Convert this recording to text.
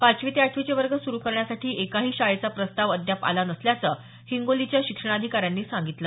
पाचवी ते आठवीचे वर्ग सुरू करण्यासाठी एकाही शाळेचा प्रस्ताव अद्याप आला नसल्याचं हिंगोलीच्या शिक्षणाधिकाऱ्यांनी सांगितलं